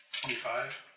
twenty-five